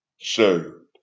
served